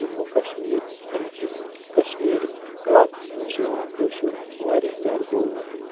جموں کَشمیٖر اَمہِ کِس کَشمیٖر علاقَس منٛز چھُ یِوان کٲشُر واریاہ زیادٕ بولنہٕ تہٕ